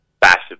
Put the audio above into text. passive